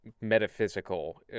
metaphysical